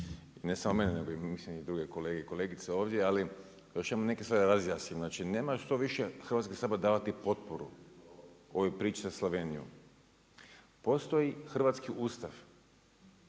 ne samo mene, nego i druge kolege i kolegice, ovdje, ali još imam neke stvari da razjasnim. Znači, nema što više Hrvatski sabor davati potporu ovoj priči sa Slovenijom, postoji hrvatski Ustav.